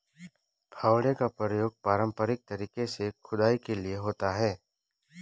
फावड़े का प्रयोग पारंपरिक तरीके से खुदाई के लिए होता है